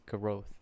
growth